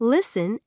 Listen